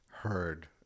heard